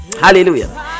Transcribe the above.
Hallelujah